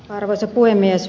arvoisa puhemies